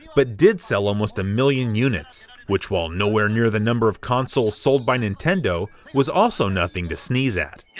but did sell almost one million units, which while no where near the number of consoles sold by nintendo, was also nothing to sneeze at.